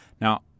Now